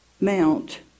Mount